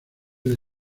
les